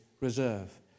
reserve